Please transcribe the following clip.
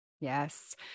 Yes